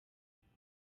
ubukwe